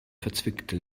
verzwickte